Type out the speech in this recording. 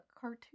cartoon